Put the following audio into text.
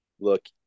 look